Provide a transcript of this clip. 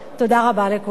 תודה רבה לכולם.